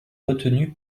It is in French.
retenu